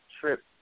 trip